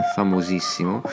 famosissimo